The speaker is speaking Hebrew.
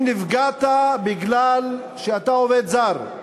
אם נפגעת בגלל שאתה עובד זר,